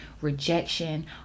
rejection